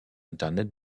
internet